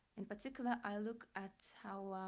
in particular, i look at how